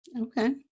okay